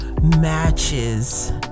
matches